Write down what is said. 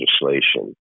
legislation